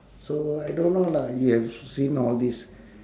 so I don't know lah you have seen all these